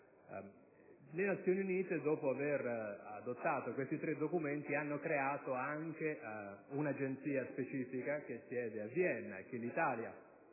Le Nazioni Unite, dopo aver adottato questi tre documenti, hanno creato anche un'agenzia specifica, che ha sede Vienna e che l'Italia